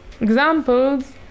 examples